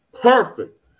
Perfect